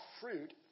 fruit